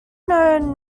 known